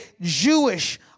Jewish